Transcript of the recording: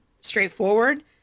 straightforward